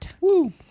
Woo